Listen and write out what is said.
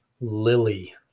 Lily